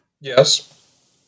Yes